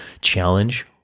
challenge